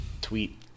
tweet